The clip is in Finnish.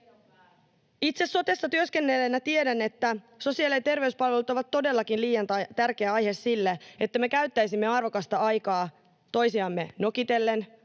Itse sotessa työskennelleenä tiedän, että sosiaali- ja terveyspalvelut ovat todellakin liian tärkeä aihe sille, että me käyttäisimme arvokasta aikaa toisiamme nokitellen